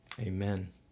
Amen